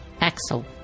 Axel